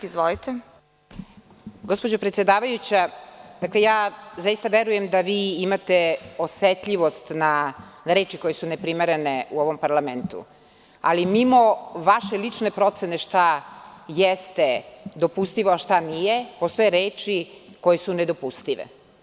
Gospođo predsedavajuća, zaista verujem da imate osetljivost na reči koje su neprimerene u ovom parlamentu, ali mimo vaše lične procene šta jeste dopustivo, a šta nije, postoje reči koje su nedopustive.